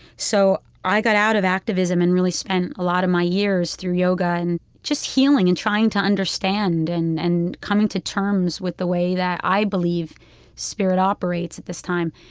so i got out of activism and really spent a lot of my years through yoga and just healing and trying to understand and and coming to terms with the way that i believe spirit operates at this time.